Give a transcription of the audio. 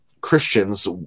christians